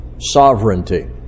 sovereignty